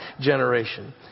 generation